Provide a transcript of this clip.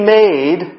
made